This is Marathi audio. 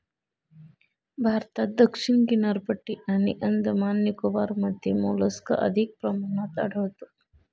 भारतात दक्षिण किनारपट्टी आणि अंदमान निकोबारमध्ये मोलस्का अधिक प्रमाणात आढळतो